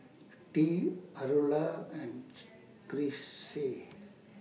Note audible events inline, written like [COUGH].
Tea Aurilla and [UNINTELLIGIBLE] Chrissy